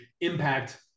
impact